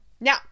Now